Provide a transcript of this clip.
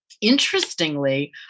interestingly